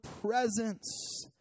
presence